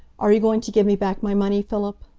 are you going to give me back my money, philip?